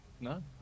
No